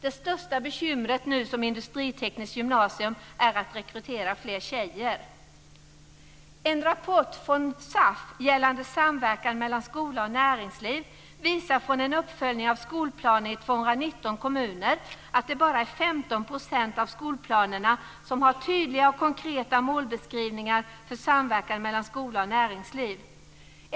Det största bekymmer nu som man har som industritekniskt gymnasium är att rekrytera fler tjejer. En rapport från SAF gällande samverkan mellan skola och näringsliv visar från en uppföljning av skolplaner i 219 kommuner att det bara är 15 % av skolplanerna som har tydliga och konkreta målbeskrivningar för samverkan mellan skola och näringsliv.